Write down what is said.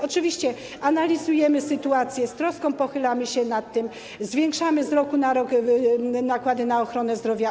Oczywiście analizujemy sytuację, z troską pochylamy się nad tym, zwiększamy z roku na rok nakłady na ochronę zdrowia.